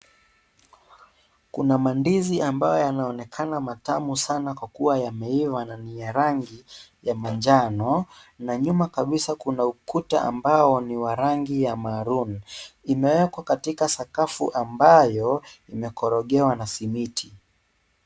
Kuna mandizi ambayo yanaonekana matamu sana kwa kuwa yameiva na ni ya rangi ya manjano. Na nyuma kabisa kuna ukuta ambao ni wa rangi ya maroon . Imewekwa katika sakafu ambayo imekorogewa na simiti .